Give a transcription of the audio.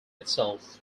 itself